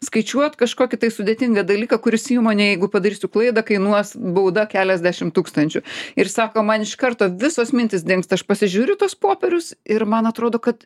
skaičiuot kažkokį sudėtingą dalyką kuris įmonei jeigu padarysiu klaidą kainuos bauda keliasdešim tūkstančių ir sako man iš karto visos mintys dingsta aš pasižiūriu į tuos popierius ir man atrodo kad